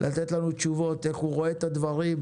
לתת לנו תשובות איך הוא רואה את הדברים,